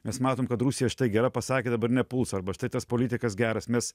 mes matom kad rusija štai gera pasakė dabar nepuls arba štai tas politikas geras mes